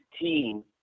team